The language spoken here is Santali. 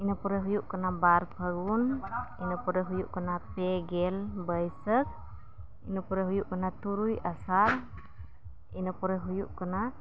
ᱤᱱᱟᱹ ᱯᱚᱨᱮ ᱦᱩᱭᱩᱜ ᱠᱟᱱᱟ ᱵᱟᱨ ᱯᱷᱟᱹᱜᱩᱱ ᱤᱱᱟᱹ ᱯᱚᱨᱮ ᱦᱩᱭᱩᱜ ᱠᱟᱱᱟ ᱯᱮ ᱜᱮᱞ ᱵᱟᱹᱭᱥᱟᱹᱠᱷ ᱤᱱᱟᱹ ᱯᱚᱨᱮ ᱦᱩᱭᱩᱜ ᱠᱟᱱᱟ ᱛᱩᱨᱩᱭ ᱟᱥᱟᱲ ᱤᱱᱟᱹ ᱯᱚᱨᱮ ᱦᱩᱭᱩᱜ ᱠᱟᱱᱟ